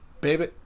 baby